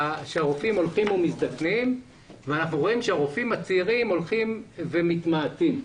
הולכים ומזדקנים ואנחנו רואים שהרופאים הצעירים הולכים ומתמעטים.